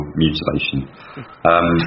mutilation